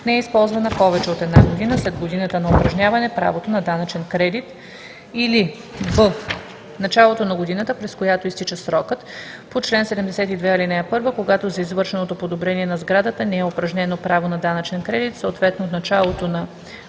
не е използвана повече от една година след годината на упражняване правото на данъчен кредит, или б) началото на годината, през която изтича срокът по чл. 72, ал. 1, когато за извършеното подобрение на сградата не е упражнено право на данъчен кредит, съответно от началото на годината